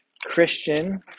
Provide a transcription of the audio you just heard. Christian